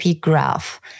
Graph